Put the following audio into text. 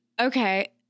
Okay